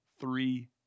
three